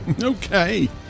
Okay